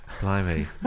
blimey